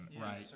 right